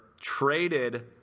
traded